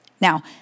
now